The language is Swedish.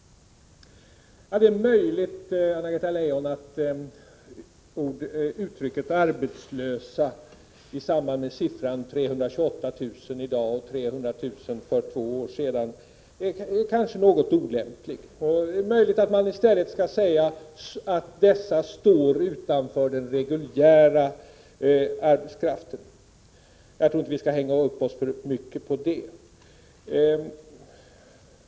Det är möjligt, Anna-Greta Leijon, att uttrycket arbetslösa i samband med siffran 328 000 i dag och 300 000 för två år sedan är något olämpligt. Det är möjligt att man i stället skall säga att dessa står utanför den reguljära arbetsmarknaden. Jag tror inte att vi skall hänga upp oss för mycket på det.